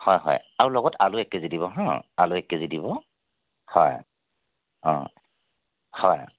হয় হয় আৰু লগত আলু এক কেজি দিব হা আলু এক কেজি দিব হয় অ হয়